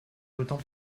d’autant